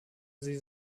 sie